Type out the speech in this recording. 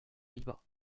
libre